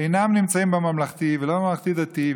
אינם נמצאים בממלכתי ולא בממלכתי-דתי,